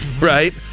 right